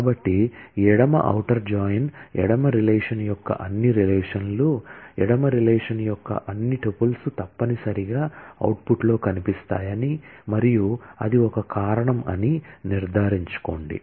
కాబట్టి ఎడమ outer join ఎడమ రిలేషన్ యొక్క అన్ని రిలేషన్ లు ఎడమ రిలేషన్ యొక్క అన్ని టుపుల్స్ తప్పనిసరిగా అవుట్పుట్లో కనిపిస్తాయని మరియు అది ఒక కారణం అని నిర్ధారించుకోండి